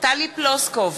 טלי פלוסקוב,